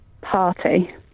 Party